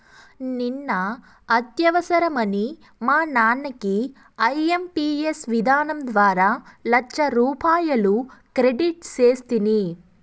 నిన్న అత్యవసరమని మా నాన్నకి ఐఎంపియస్ విధానం ద్వారా లచ్చరూపాయలు క్రెడిట్ సేస్తిని